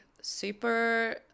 Super